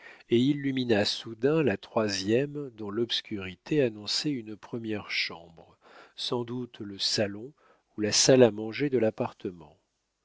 et illumina soudain la troisième dont l'obscurité annonçait une première chambre sans doute le salon ou la salle à manger de l'appartement